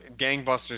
gangbusters